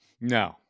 No